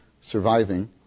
surviving